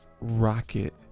rocket